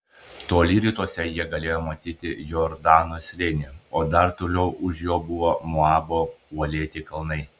toli rytuose jie galėjo matyti jordano slėnį o dar toliau už jo buvo moabo uolėti kalnai